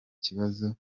kibazo